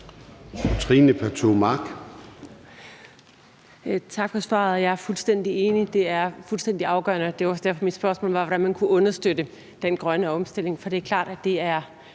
Tak for svaret, og jeg er fuldstændig enig. Det er fuldstændig afgørende, og det var også derfor, mit spørgsmål var, hvordan man kunne understøtte den grønne omstilling. For det er klart, at det er